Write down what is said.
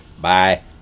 Bye